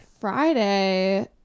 Friday